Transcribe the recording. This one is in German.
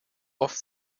oft